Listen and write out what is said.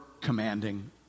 commanding